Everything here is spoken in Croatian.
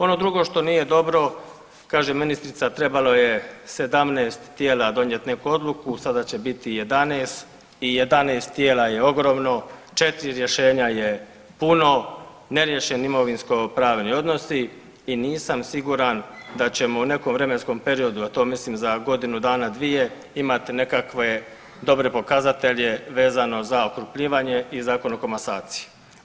Ono drugo što nije dobro, kaže ministrica trebalo je 17 tijela donijet neku odluku, sada će biti 11 i 11 tijela je ogromno, 4 rješenja je puno, neriješeni imovinskopravni odnosi i nisam siguran da ćemo u nekom vremenskom periodu, a to mislim za godinu dana, dvije imati nekakve dobre pokazatelje vezano za okrupnjivanje i Zakon o komasaciji.